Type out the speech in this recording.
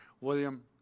William